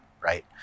right